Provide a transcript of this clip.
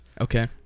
Okay